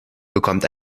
bekommt